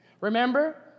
Remember